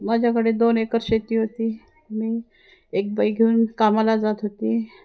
माझ्याकडे दोन एकर शेती होती मी एक बाई घेऊन कामाला जात होती